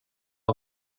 阁楼